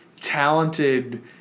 talented